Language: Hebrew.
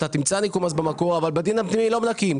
אתה תמצא ניכוי מס במקור אבל בדין לא מנכים.